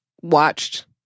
watched